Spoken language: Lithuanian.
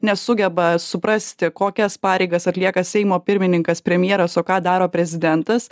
nesugeba suprasti kokias pareigas atlieka seimo pirmininkas premjeras o ką daro prezidentas